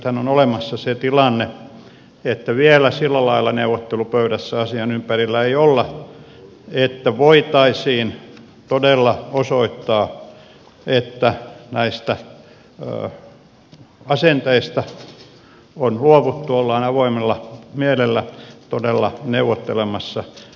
nythän on olemassa se tilanne että vielä ei olla sillä lailla neuvottelupöydässä asian ympärillä että voitaisiin todella osoittaa että näistä asenteista on luovuttu ja ollaan avoimella mielellä todella neuvottelemassa rauhan ratkaisusta